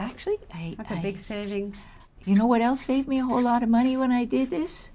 actually existing you know what else leave me a whole lot of money when i did this